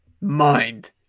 mind